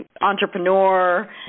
entrepreneur